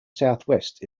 southwest